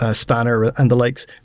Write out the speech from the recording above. ah spanner and the likes.